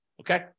okay